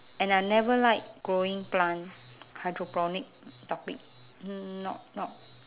and I never like growing plant hydroponic topic mm not not